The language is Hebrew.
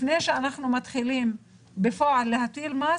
לפני שאנחנו מתחילים בפועל להטיל מס,